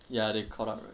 ya they caught up